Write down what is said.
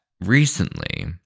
recently